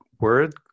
word